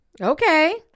Okay